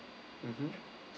mmhmm